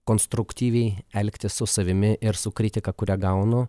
konstruktyviai elgtis su savimi ir su kritika kurią gaunu